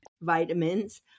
vitamins